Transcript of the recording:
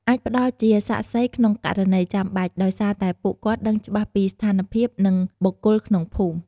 អាចផ្តល់ជាសាក្សីក្នុងករណីចាំបាច់ដោយសារតែពួកគាត់ដឹងច្បាស់ពីស្ថានភាពនិងបុគ្គលក្នុងភូមិ។